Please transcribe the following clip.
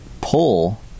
pull